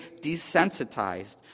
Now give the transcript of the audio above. desensitized